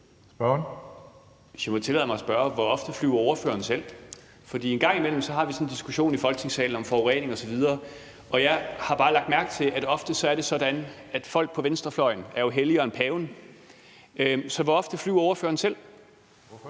Hvor ofte flyver ordføreren selv?